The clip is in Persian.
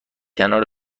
کنار